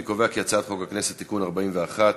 אני קובע כי הצעת חוק הכנסת (תיקון מס' 41),